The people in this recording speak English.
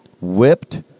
whipped